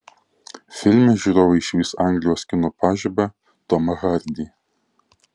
filme žiūrovai išvys anglijos kino pažibą tomą hardy